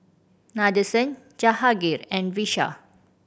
Nadesan Jahangir and Vishal